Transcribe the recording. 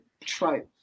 trope